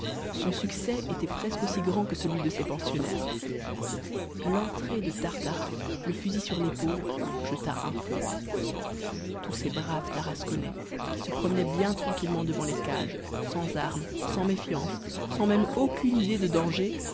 son succès était presque aussi grand que celui de ses pensionnaires l'entrée de tartarin le fusil sur l'épaule jeta un froid tous ces braves tarasconnais qui se promenaient bien tranquillement devant les cages sans armes sans méfiance sans même aucune idée de danger